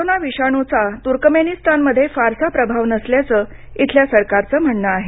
corona विषाणूचा तुर्कमेनिस्तानमध्ये फारसा प्रभाव नसल्याचं इथल्या सरकारचं म्हणणं आहे